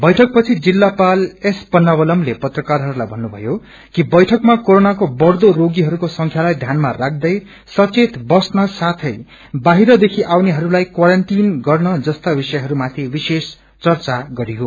बैठकपछि जिल्लापल एसत्र पन्नावलमले मत्राकारहरूलाई भन्नुभ्यो कि बैइकमा कोरोनाको कढदो रोगीहरूको संख्यालाई ध्यानमा राख्दै सचेत बस्न साथै बाहिर देखि आउनेहस्लाइक्वारेन्टाई गर्न जस्ता विषयहरूमाथि विशेष चर्चा गरियो